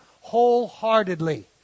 wholeheartedly